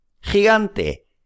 Gigante